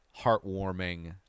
heartwarming